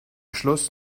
schluss